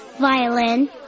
Violin